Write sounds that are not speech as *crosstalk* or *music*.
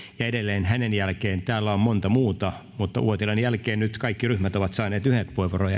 edelleen hänen jälkeensä täällä on monta muuta mutta uotilan jälkeen nyt kaikki ryhmät ovat saaneet yhden puheenvuoron *unintelligible*